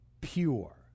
pure